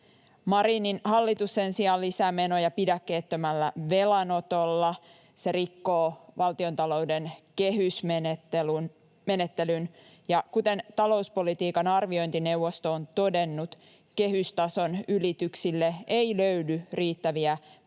Marinin hallitus sen sijaan lisää menoja pidäkkeettömällä velanotolla, se rikkoo valtiontalouden kehysmenettelyn, ja kuten talouspolitiikan arviointineuvosto on todennut, kehystason ylityksille ei löydy riittäviä perusteluita